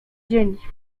dzień